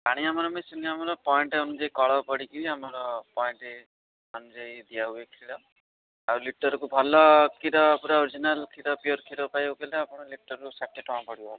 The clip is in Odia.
ପାଣି ଆମର ମିଶୁନି ଆମର ପଏଣ୍ଟ ଅନୁଯାୟୀ କଳ ପଡ଼ି କରି ଆମର ପଏଣ୍ଟ ଅନୁଯାୟୀ ଦିଆହୁଏ କ୍ଷୀର ଆଉ ଲିଟରକୁ ଭଲ କ୍ଷୀର ପୁରା ଓରଜିନାଲ୍ କ୍ଷୀର ପିଓର୍ କ୍ଷୀର ପାଇବାକୁ ହେଲେ ଆପଣଙ୍କୁ ଲିଟରକୁ ଷାଠିଏ ଟଙ୍କା ପଡ଼ିବ